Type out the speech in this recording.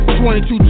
22